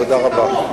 תודה רבה.